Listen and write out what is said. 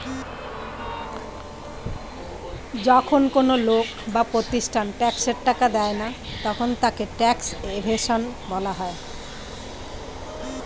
যখন কোন লোক বা প্রতিষ্ঠান ট্যাক্সের টাকা দেয় না তখন তাকে ট্যাক্স ইভেশন বলা হয়